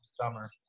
summer